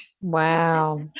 wow